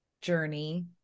journey